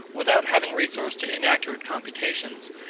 without having recourse to inaccurate computations,